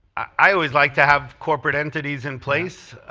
i always like to have corporate entities in place